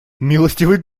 милостивый